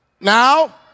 Now